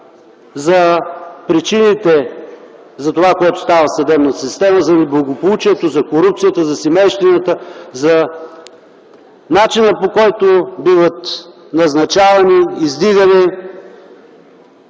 за причините, за това което става в съдебната система, за неблагополучието, за корупцията, за семейщината, за начина по който биват назначавани, издигани